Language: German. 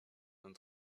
und